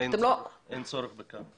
אין צורך בכך.